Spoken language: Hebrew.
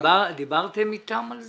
--- דיברתם איתם על זה?